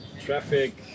traffic